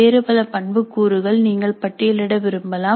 வேறு பல பண்புக்கூறுகள் நீங்கள் பட்டியலிட்ட விரும்பலாம்